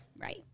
right